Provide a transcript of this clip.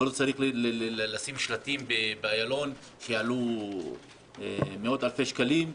לא צריך לשים שלטים באיילון שיעלו מאות אלפי שקלים.